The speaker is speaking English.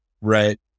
right